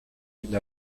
d’une